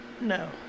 No